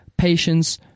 Patience